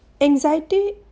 Anxiety